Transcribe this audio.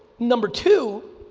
number two,